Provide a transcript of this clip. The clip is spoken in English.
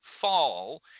fall